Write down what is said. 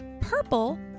purple